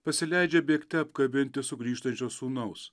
pasileidžia bėgte apkabinti sugrįžtančio sūnaus